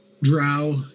drow